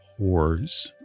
whores